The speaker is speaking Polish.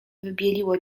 wybieliło